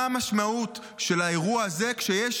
מה המשמעות של האירוע הזה כשיש